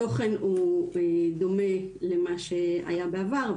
התוכן הוא בדומה למה שהיה בעבר,